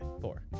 four